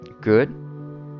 Good